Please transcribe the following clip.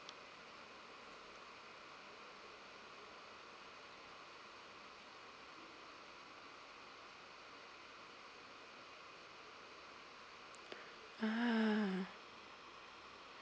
ah